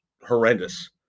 horrendous